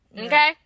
Okay